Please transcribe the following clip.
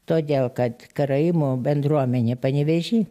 todėl kad karaimų bendruomenė panevėžy